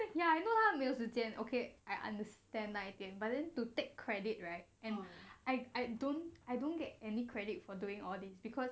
ya I know lah 没有时间 okay I understand 那一点 but then to take credit right and I I don't I don't get any credit for doing all this because